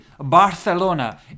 Barcelona